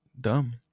dumb